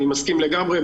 אני מסכים לגמרי.